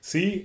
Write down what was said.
See